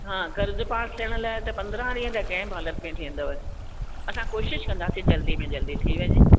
हा कर्ज़ु पास थियण लाइ पंदिरहं ॾींहं कंहिं बि हालत में थी वेंदव असां कोशिशि कंदासीं जल्दी में जल्दी थी वञें